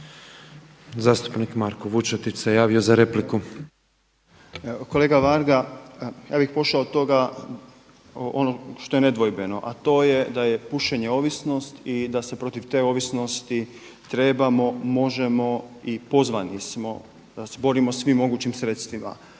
za repliku. **Vučetić, Marko (Nezavisni)** Evo kolega Varga, ja bih pošao od toga, ono što je nedvojbeno a to je da je pušenje ovisnost i da se protiv te ovisnosti trebamo, možemo i pozvani smo da se borimo svim mogućim sredstvima.